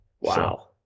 Wow